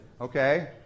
Okay